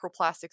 microplastics